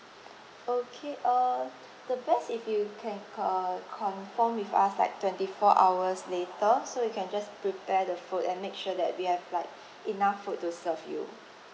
okay uh the best if you can uh confirm with us like twenty-four hours later so we can just prepare the food and make sure that we have like enough food to serve you